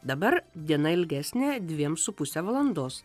dabar diena ilgesnė dviem su puse valandos